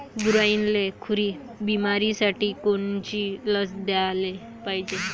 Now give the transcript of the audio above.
गुरांइले खुरी बिमारीसाठी कोनची लस द्याले पायजे?